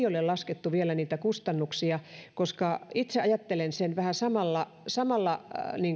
ole laskettu vielä kustannuksia koska itse ajattelen sen vähän samalla samalla